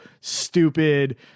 stupid